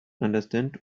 understand